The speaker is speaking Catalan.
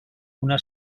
una